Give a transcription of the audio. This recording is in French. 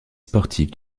sportifs